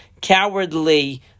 cowardly